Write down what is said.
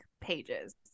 pages